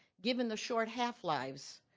given the short half-lives,